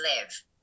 live